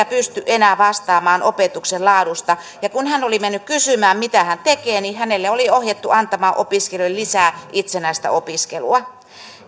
pysty enää vastaamaan opetuksen laadusta ja kun hän oli mennyt kysymään mitä hän tekee häntä oli ohjattu antamaan opiskelijoille lisää itsenäistä opiskelua